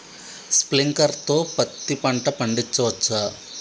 Sprinkler తో పత్తి పంట పండించవచ్చా?